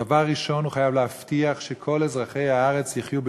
דבר ראשון הוא חייב להבטיח שכל אזרחי הארץ יחיו בשקט.